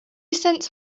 cents